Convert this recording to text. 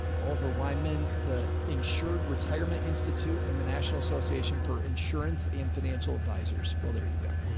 oliver wyman, the insured retirement institute and the national association for insurance and financial advisors. well, there you go.